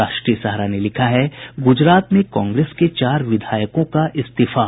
राष्ट्रीय सहारा ने लिखा है गुजरात में कांग्रेस के चार विधायकों का इस्तीफा